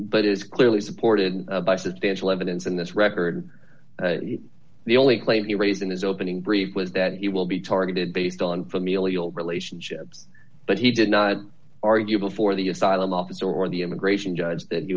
but is clearly supported by substantial evidence in this record the only claim he raised in his opening brief was that he will be targeted based on familial relationships but he did not argue before the asylum officer or the immigration judge that